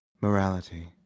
Morality